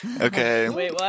okay